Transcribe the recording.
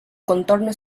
contorno